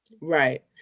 right